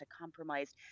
compromised